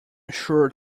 sure